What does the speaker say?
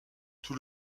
tout